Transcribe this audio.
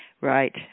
Right